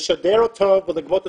לשדר אותו ולגבות אותו,